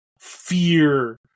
fear